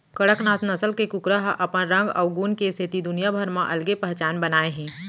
कड़कनाथ नसल के कुकरा ह अपन रंग अउ गुन के सेती दुनिया भर म अलगे पहचान बनाए हे